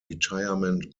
retirement